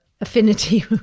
affinity